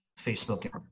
Facebook